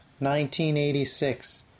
1986